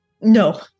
no